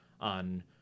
On